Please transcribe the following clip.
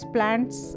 Plants